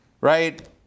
right